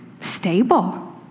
stable